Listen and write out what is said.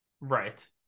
Right